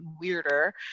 weirder